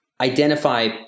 identify